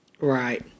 Right